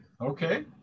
Okay